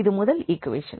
இது முதல் ஈக்வேஷன்